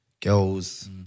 Girls